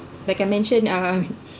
like I mentioned uh